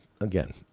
again